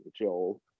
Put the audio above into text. Joel